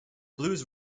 blues